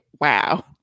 wow